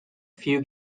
few